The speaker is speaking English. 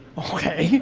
okay.